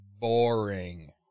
Boring